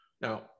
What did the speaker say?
Now